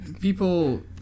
people